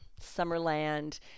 Summerland